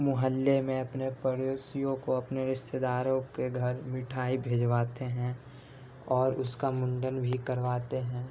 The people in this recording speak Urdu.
محلّے میں اپنے پڑوسیوں کو اپنے رشتےداروں کے گھر مٹھائی بھجواتے ہیں اور اس کا منڈن بھی کرواتے ہیں